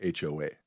HOA